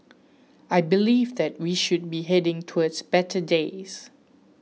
I believe that we should be heading towards better days